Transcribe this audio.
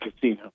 casino